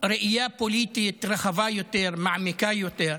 ראייה פוליטית רחבה יותר, מעמיקה יותר.